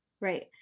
Right